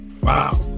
wow